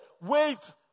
wait